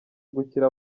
gukira